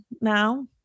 now